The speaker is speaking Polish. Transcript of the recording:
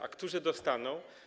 A którzy dostaną?